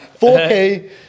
4K